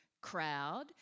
crowd